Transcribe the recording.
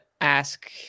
ask